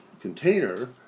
container